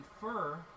fur